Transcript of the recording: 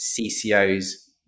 CCO's